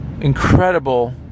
incredible